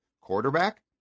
quarterback